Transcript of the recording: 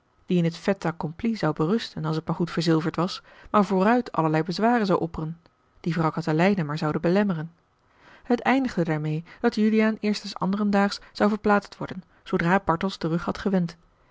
die in het fait accompli zou berusten als het maar goed verzilverd was maar vooruit allerlei bezwaren zou opperen die vrouw katelijne maar zouden belemmeren het eindigde daarmeê dat juliaan eerst den anderen daags zou verplaatst worden zoodra bartels den rug had gewend